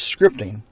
scripting